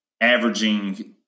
averaging